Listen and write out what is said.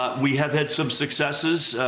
ah we have had some successes,